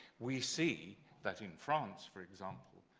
we see, that in france for example,